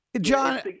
John